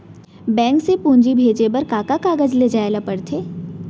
Bank से पूंजी भेजे बर का का कागज ले जाये ल पड़थे?